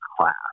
class